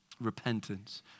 repentance